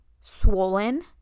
swollen